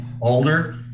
older